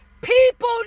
people